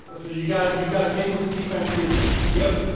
ah so you got it. you got to take what the defense gives you. yep